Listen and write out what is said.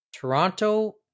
Toronto